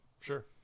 Sure